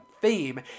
theme